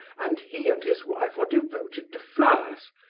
and he and his wife are devoted to flowers.